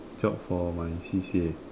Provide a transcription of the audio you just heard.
job for my C_C_A